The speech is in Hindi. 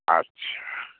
अच्छा